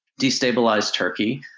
destabilized turkey,